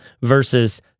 versus